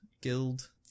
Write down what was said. Guild